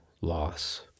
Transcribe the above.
loss